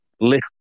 Lift